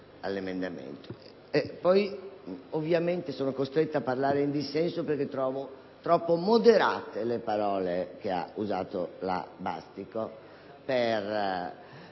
all'emendamento. Poi, ovviamente, sono costretta a parlare in dissenso dal Gruppo perché trovo troppo moderate le parole che ha usato la senatrice